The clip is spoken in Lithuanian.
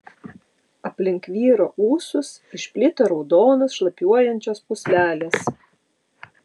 aplink vyro ūsus išplito raudonos šlapiuojančios pūslelės